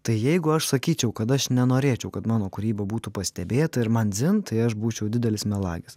tai jeigu aš sakyčiau kad aš nenorėčiau kad mano kūryba būtų pastebėta ir man dzin tai aš būčiau didelis melagis